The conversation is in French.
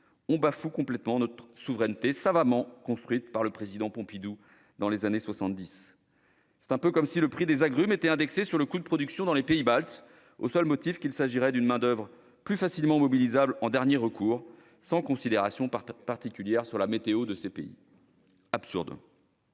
on bafoue complètement notre souveraineté, savamment construite par le président Pompidou dans les années 1970. C'est un peu comme si le prix des agrumes était indexé sur le coût de production dans les pays baltes au seul motif qu'il s'agirait d'une main-d'oeuvre plus facilement mobilisable en dernier recours, sans considération particulière quant à la météo dans ces pays. C'est